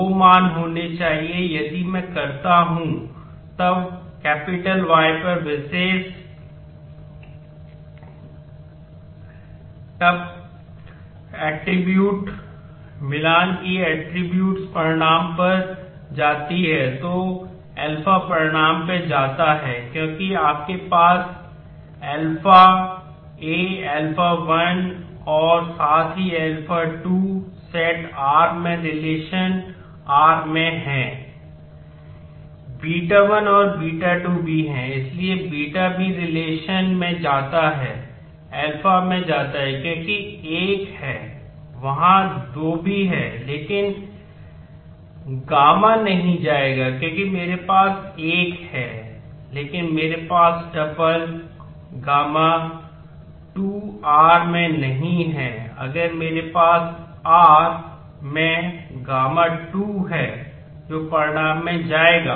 β1 है और β2 भी है इसलिए β भी रिलेशन γ 2 r में नहीं है अगर मेरे पास r में γ 2 है जो परिणाम में जाएगा